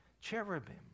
cherubim